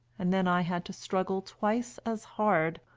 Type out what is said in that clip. and then i had to struggle twice as hard,